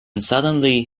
suddenly